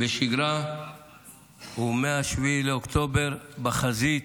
בשגרה ומ-7 באוקטובר, בחזית.